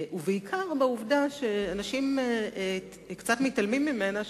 ובעיקר בעובדה שאנשים קצת מתעלמים ממנה,